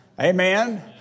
Amen